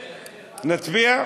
נצביע?